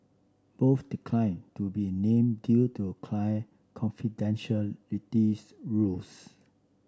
both declined to be named due to client confidentiality rules